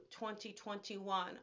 2021